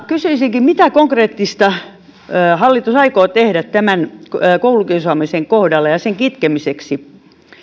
kysyisinkin mitä konkreettista hallitus aikoo tehdä tämän koulukiusaamisen kohdalla ja ja sen kitkemiseksi